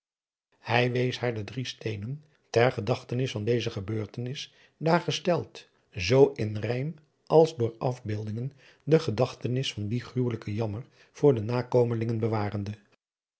hij wees haar de drie steenen ter gedachtenis van deze gebeurtenis daar gesteld zoo in rijm als door afbeeldingen de gedachtenis van dien gruadriaan loosjes pzn het leven van hillegonda buisman welijken jammer voor de nakomelingen bewarende